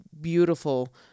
beautiful